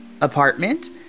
apartment